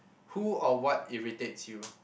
who or what irritates you